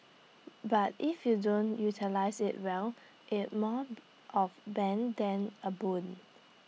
but if you don't utilise IT well it's more of bane than A boon